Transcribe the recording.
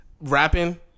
rapping